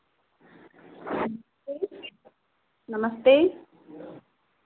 नमस्ते नमस्ते